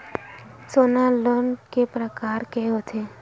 सोना लोन के प्रकार के होथे?